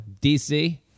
DC